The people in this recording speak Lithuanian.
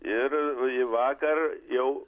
ir į vakar jau